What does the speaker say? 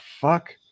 fuck